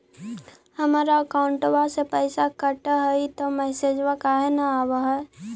हमर अकौंटवा से पैसा कट हई त मैसेजवा काहे न आव है?